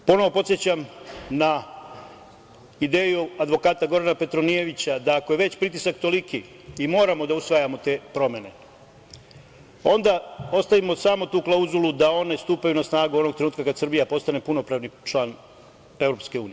Ponovo podsećam na ideju advokata, Gorana Petronijevića, da ako je već pritisak toliki i moramo da usvajamo te promene, onda ostavimo samo tu klauzulu da one stupaju na snagu onog trenutka kada Srbija postane punopravni član EU.